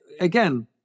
again